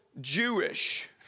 Jewish